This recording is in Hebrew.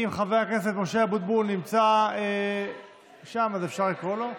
אם חבר הכנסת משה אבוטבול נמצא שם, אפשר לקרוא לו.